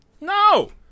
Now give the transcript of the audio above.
no